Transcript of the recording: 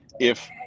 if-